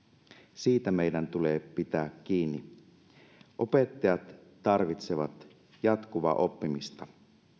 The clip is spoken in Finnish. siitä meidän tulee pitää kiinni opettajat tarvitsevat jatkuvaa oppimista